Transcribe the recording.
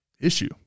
issue